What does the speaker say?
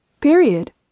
period